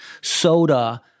soda